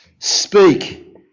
Speak